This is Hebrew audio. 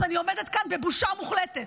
אז אני עומדת כאן בבושה מוחלטת,